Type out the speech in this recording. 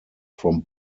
from